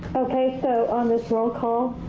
so on this roll call,